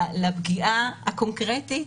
לפגיעה הקונקרטית